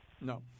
No